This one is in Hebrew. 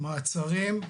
מעצרים,